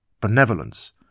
benevolence